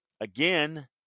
again